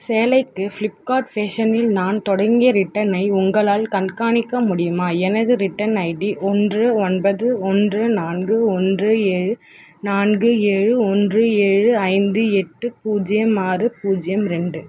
சேலைக்கு Flipkart ஃபேஷனில் நான் தொடங்கிய ரிட்டர்னை உங்களால் கண்காணிக்க முடியுமா எனது ரிட்டன் ஐடி ஒன்று ஒன்பது ஒன்று நான்கு ஒன்று ஏழு நான்கு ஏழு ஒன்று ஏழு ஐந்து எட்டு பூஜ்ஜியம் ஆறு பூஜ்ஜியம் ரெண்டு